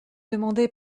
demander